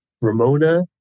Ramona